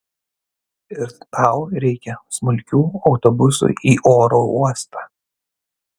ir tau reikia smulkių autobusui į oro uostą